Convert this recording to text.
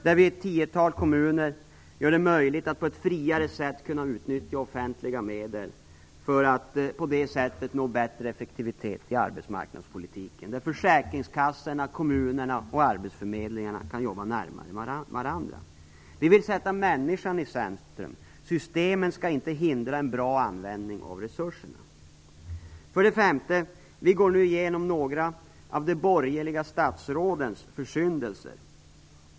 Vi gör det därmed möjligt att i ett tiotal kommuner på ett friare sätt utnyttja offentliga medel för att nå bättre effektivitet i arbetsmarknadspolitiken, varvid försäkringskassorna, kommunerna och arbetsförmedlingarna kan jobba närmare varandra. Vi vill sätta människan i centrum. Systemen skall inte hindra en bra användning av resurserna. För det femte går vi nu igenom några av de borgerliga statsrådens försyndelser.